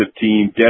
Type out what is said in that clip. team